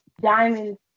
diamonds